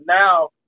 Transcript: now